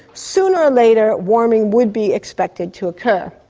sooner or later warming would be expected to occur.